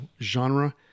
genre